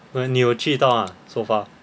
then 你有去到吗 so far